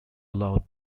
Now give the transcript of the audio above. allow